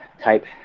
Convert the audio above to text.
type